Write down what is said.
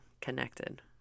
connected